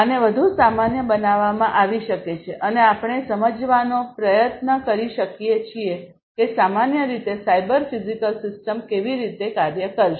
આને વધુ સામાન્ય બનાવવામાં આવી શકે છે અને આપણે સમજવાનો પ્રયત્ન કરી શકીએ છીએ કે સામાન્ય રીતે સાયબર ફિઝિકલ સિસ્ટમ કેવી રીતે કાર્ય કરશે